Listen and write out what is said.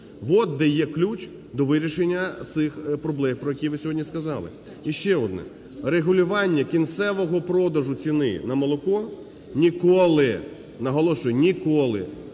От де є ключ до вирішення цих проблем, про які ви сьогодні сказали. І ще одне. Регулювання кінцевого продажу ціни на молоко ніколи – наголошую, ніколи